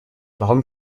warum